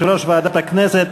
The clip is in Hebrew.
יושב-ראש ועדת הכנסת,